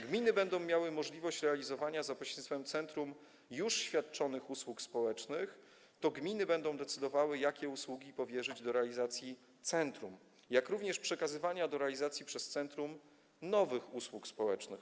Gminy będą miały możliwość realizowania za pośrednictwem centrum już świadczonych usług społecznych - to gminy będą decydowały, jakie usługi powierzyć do realizacji centrum - jak również przekazywania do realizacji przez centrum nowych usług społecznych.